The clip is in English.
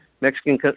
mexican